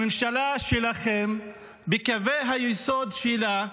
הממשלה שלכם, בקווי היסוד שלה,